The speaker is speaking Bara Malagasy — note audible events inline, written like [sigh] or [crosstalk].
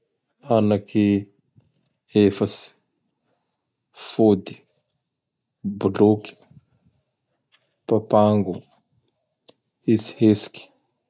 [noise] Anaky efatsy: Fody, Bloky, Papango, Hitsikitsiky. [noise]